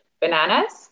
bananas